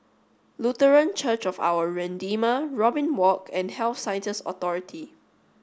lutheran Church of our Redeemer Robin Walk and Health Science just authority